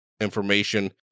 information